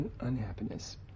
unhappiness